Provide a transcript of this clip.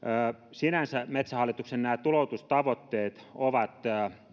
sinänsä metsähallituksen tuloutustavoitteet ovat